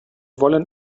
wollen